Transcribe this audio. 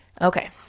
okay